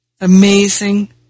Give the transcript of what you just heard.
Amazing